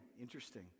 Interesting